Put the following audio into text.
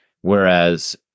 Whereas